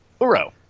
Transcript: Uro